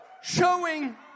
showing